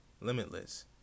limitless